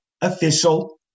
official